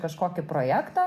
kažkokį projektą